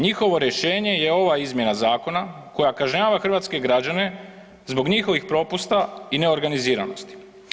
Njihovo rješenje je ova izmjena zakona koja kažnjava hrvatske građane zbog njihovih propusta i neorganiziranosti.